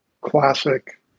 classic